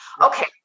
Okay